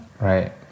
right